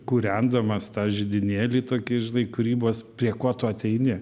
kūrendamas tą židinėlį tokį žinai kūrybos prie ko tu ateini